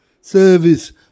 Service